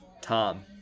Tom